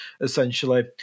essentially